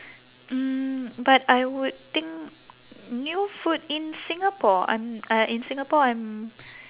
mm but I would think new food in singapore I'm uh in singapore I'm